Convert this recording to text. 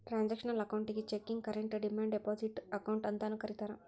transactional ಅಕೌಂಟಿಗಿ checking current demand deposit account ಅಂತಾನೂ ಕರಿತಾರಾ